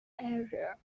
area